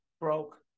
broke